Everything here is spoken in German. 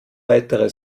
weitere